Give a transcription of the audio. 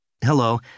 Hello